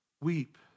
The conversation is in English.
Weep